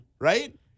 Right